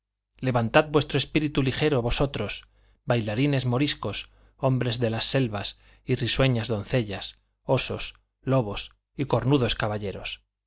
levantad vuestro espíritu ligero vosotros bailarines moriscos hombres de las selvas y risueñas doncellas osos lobos y cornudos caballeros